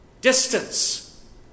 distance